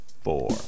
Four